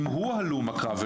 אם הוא הלום הקרב,